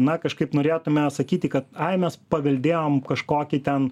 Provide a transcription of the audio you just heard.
na kažkaip norėtume sakyti kad ai mes paveldėjom kažkokį ten